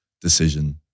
decision